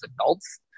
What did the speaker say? adults